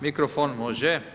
Mikrofon, može.